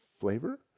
flavor